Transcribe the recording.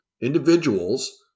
individuals